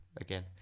again